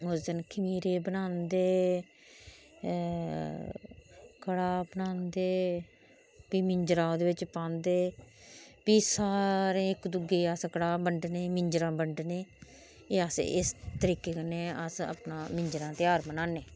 उस दिन खमीरे बनांदे कडा़ह बनांदे ते फ्ही मिंजरा ओहदे बिच पांदे फ्ही सारे इक दुए गी अस कड़ाह बंडने मिजंरा बंडने एह् अस इस तरीके कन्नै अस अपना मिजंरा दा ध्यार बनाने